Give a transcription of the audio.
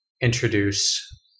introduce